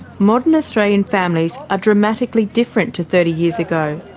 modern australian families are dramatically different to thirty years ago.